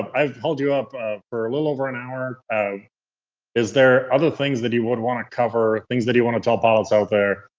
i've held you up for a little over an hour. um is there other things that you would want to cover, things that you want to tell pilots out there,